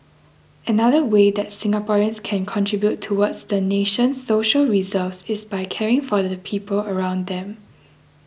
another way that Singaporeans can contribute towards the nation's social reserves is by caring for the people around them